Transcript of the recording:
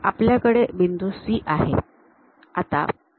तर आपल्याकडे बिंदू C आहे